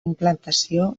implantació